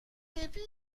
میدونم